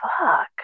fuck